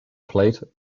plate